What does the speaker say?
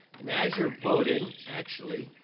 and as you're voting, actually,